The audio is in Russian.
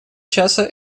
часа